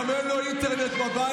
גם אין לו אינטרנט בבית,